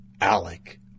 Alec